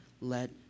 let